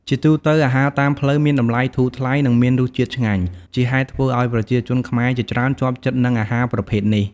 ជាទូទៅ អាហារតាមផ្លូវមានតម្លៃធូរថ្លៃ និងមានរសជាតិឆ្ងាញ់ ជាហេតុធ្វើឲ្យប្រជាជនខ្មែរជាច្រើនជាប់ចិត្តនឹងអាហារប្រភេទនេះ។